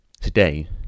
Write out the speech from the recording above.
Today